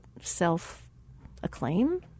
self-acclaim